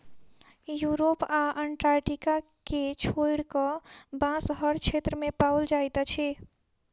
Europe आ Antarctica के छोइड़ कअ, बांस हर क्षेत्र में पाओल जाइत अछि